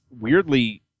weirdly